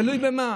תלוי במה.